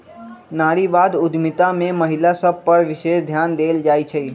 नारीवाद उद्यमिता में महिला सभ पर विशेष ध्यान देल जाइ छइ